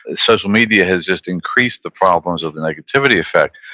ah social media has just increased the problems of the negativity effect.